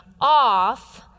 off